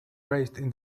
raised